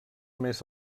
més